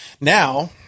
now